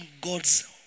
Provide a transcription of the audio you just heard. God's